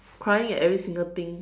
crying at every single thing